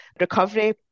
Recovery